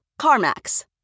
CarMax